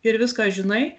ir viską žinai